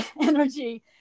energy